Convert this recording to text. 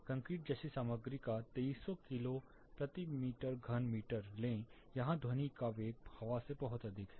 concrete जैसे सामग्री का 2300 किलो मीटर प्रति घन मीटर लें यहां ध्वनि का वेग हवा से बहुत अधिक है